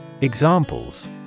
Examples